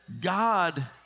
God